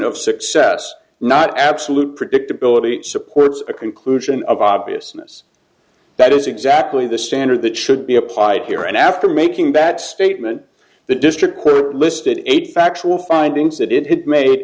of success not absolute predictability supports a conclusion of obviousness that is exactly the standard that should be applied here and after making bat statement the district court listed eight factual findings that it had